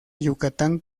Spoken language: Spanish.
yucatán